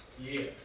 Yes